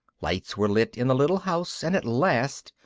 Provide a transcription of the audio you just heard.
lights were lit in the little house, and at last,